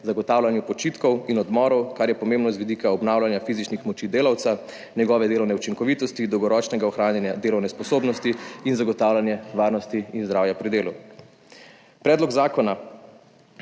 zagotavljanju počitkov in odmorov, kar je pomembno z vidika obnavljanja fizičnih moči delavca, njegove delovne učinkovitosti, dolgoročnega ohranjanja delovne sposobnosti in zagotavljanje varnosti in zdravja pri delu. Predlog zakona